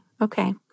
okay